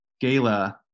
Gala